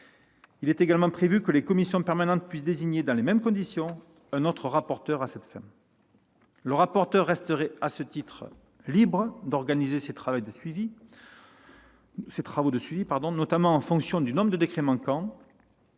Il est également prévu que les commissions permanentes puissent désigner, dans les mêmes conditions, un autre rapporteur à cette fin. Le rapporteur resterait libre d'organiser ces travaux de suivi, notamment en fonction du nombre de décrets manquants.